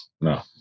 No